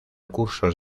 cursos